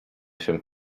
się